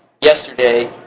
yesterday